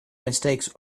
mistakes